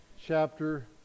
chapter